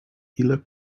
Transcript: ile